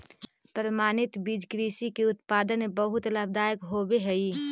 प्रमाणित बीज कृषि के उत्पादन में बहुत लाभदायक होवे हई